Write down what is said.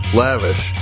lavish